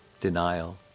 denial